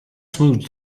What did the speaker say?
smooths